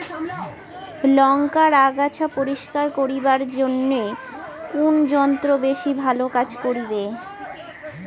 লংকার আগাছা পরিস্কার করিবার জইন্যে কুন যন্ত্র বেশি ভালো কাজ করিবে?